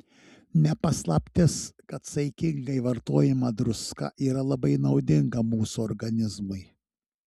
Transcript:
ne paslaptis kad saikingai vartojama druska yra labai naudinga mūsų organizmui